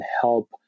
help